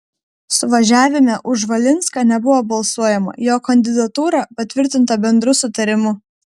suvažiavime už valinską nebuvo balsuojama jo kandidatūra patvirtinta bendru sutarimu